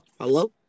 Hello